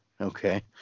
Okay